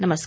नमस्कार